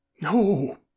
No